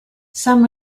some